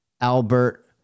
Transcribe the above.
Albert